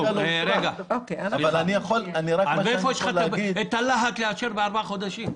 אז מאיפה הלהט שלך לאשר בארבעה חודשים?